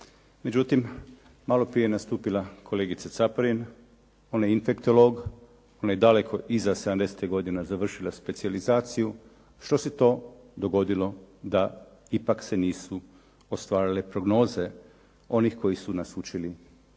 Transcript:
Međutim, malo prije je nastupila kolegica Caparin. Ona je infektolog. Ona je daleko iza sedamdesetih godina završila specijalizaciju. Što se to dogodilo da ipak se nisu ostvarile prognoze onih koji su nas učili davnih